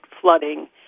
flooding